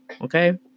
Okay